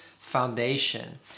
foundation